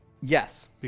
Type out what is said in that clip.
Yes